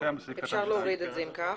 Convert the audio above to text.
אפשר להוריד את זה אם כך.